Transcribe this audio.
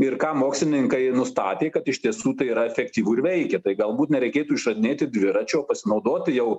ir ką mokslininkai nustatė kad iš tiesų tai yra efektyvu ir veikia tai galbūt nereikėtų išradinėti dviračio pasinaudoti jau